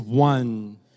one